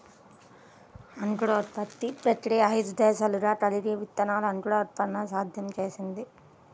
అంకురోత్పత్తి ప్రక్రియ ఐదు దశలను కలిగి విత్తనాల అంకురోత్పత్తిని సాధ్యం చేస్తుంది